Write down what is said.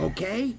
Okay